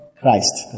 Christ